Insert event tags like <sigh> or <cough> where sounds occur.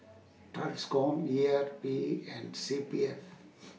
TRANSCOM E R P and C P F <noise>